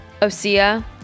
Osea